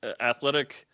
athletic